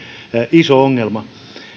iso ongelma